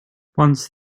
once